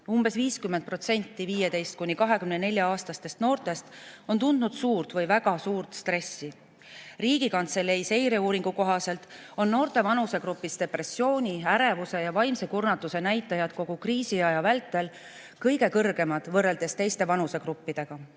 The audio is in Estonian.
Umbes 50% 15–24‑aastastest noortest on tundnud suurt või väga suurt stressi. Riigikantselei seireuuringu kohaselt on noorte vanusegrupis depressiooni, ärevuse ja vaimse kurnatuse näitajad kogu kriisiaja vältel kõige kõrgemad võrreldes teiste vanusegruppidega.